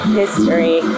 history